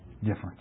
different